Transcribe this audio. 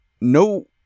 No